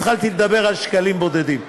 התחלתי לדבר על שקלים בודדים.